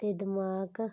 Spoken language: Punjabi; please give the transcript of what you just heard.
ਅਤੇ ਦਿਮਾਗ